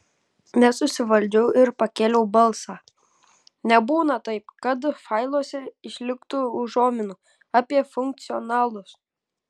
nesusivaldžiau ir pakėliau balsą nebūna taip kad failuose išliktų užuominų apie funkcionalus